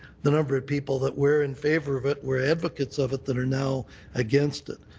the number of people that were in favour of it, were advocates of it that are now against it,